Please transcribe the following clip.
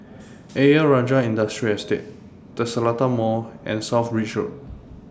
Ayer Rajah Industrial Estate The Seletar Mall and South Bridge Road